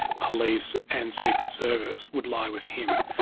police, and secret service, would lie with him.